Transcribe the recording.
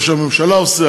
ראש הממשלה עושה,